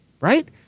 right